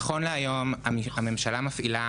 נכון להיום הממשלה מפעילה